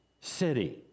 city